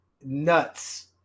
nuts